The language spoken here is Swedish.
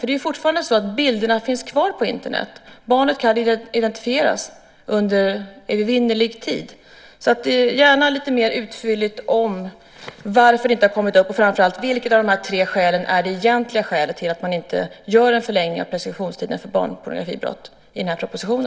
Bilderna finns ju fortfarande kvar på Internet, och barnet kan identifieras i evärdlig tid. Var alltså gärna lite mer utförlig om varför detta inte har kommit upp! Och framför allt: Vilket av de här tre skälen är det egentliga skälet till att man inte gör en förlängning av preskriptionstiden för barnpornografibrott i denna proposition?